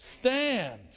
Stand